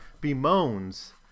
bemoans